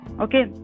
okay